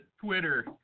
Twitter